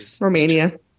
Romania